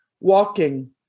walking